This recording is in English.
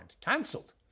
cancelled